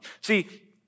See